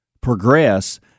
progress